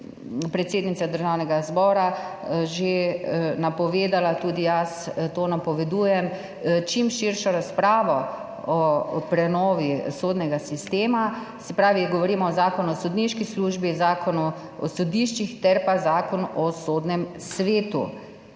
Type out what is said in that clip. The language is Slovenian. predsednica Državnega zbora že napovedala, tudi jaz to napovedujem, čim širšo razpravo o prenovi sodnega sistema. Se pravi, govorimo o Zakonu o sodniški službi, Zakonu o sodiščih ter Zakonu o sodnem svetu.